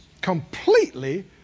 Completely